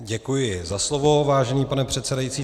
Děkuji za slovo, vážený pane předsedající.